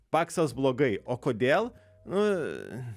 paksas blogai o kodėl nu